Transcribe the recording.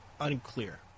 unclear